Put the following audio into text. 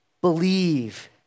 believe